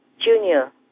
junior